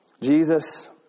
Jesus